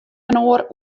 inoar